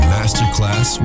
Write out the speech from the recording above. Masterclass